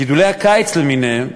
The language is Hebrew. גידולי הקיץ למיניהם,